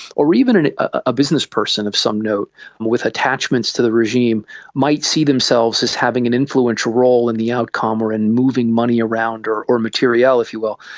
or even a ah business person of some note with attachments to the regime might see themselves as having an influential role in the outcome or in moving money around or or material, if you will.